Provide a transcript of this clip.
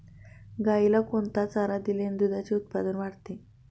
गाईला कोणता चारा दिल्याने दुधाचे उत्पन्न वाढते?